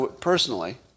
personally